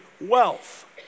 wealth